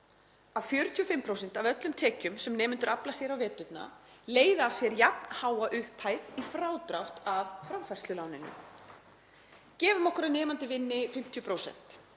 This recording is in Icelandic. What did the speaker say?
að 45% af öllum tekjum sem nemendur afla sér á veturna leiða af sér jafnháa upphæð í frádrátt af framfærsluláninu. Gefum okkur að nemandi vinni 50%